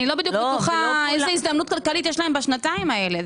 אני לא בטוחה איזו הזדמנות כלכלית יש להם בשנתיים האלה.